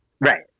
Right